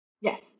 Yes